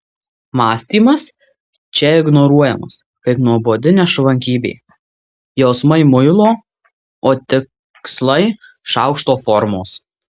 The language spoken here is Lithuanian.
mąstymas čia ignoruojamas kaip nuobodi nešvankybė jausmai muilo o tikslai šaukšto formos